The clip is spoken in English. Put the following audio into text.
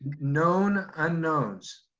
known unknowns.